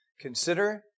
Consider